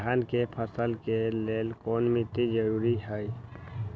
धान के फसल के लेल कौन मिट्टी जरूरी है?